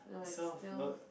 surf got